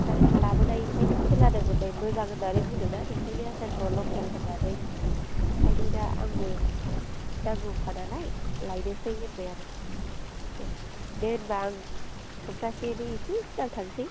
ओमफ्राय लाबोनायनिफ्रायथ' खोनादोंमोनलै मोजां होनानै बुदों मा नोंथांनि आसारखौ लकेल होनानै ओंखायनो दा आंबो नांगौखा नालाय लायनोसै होनबाय आरो दे होनब्ला आं सबथासेनि एसे सिगां थांसै